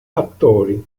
attori